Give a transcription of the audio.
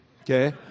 Okay